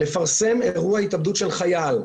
לפרסם אירוע התאבדות של חייל,